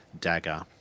dagger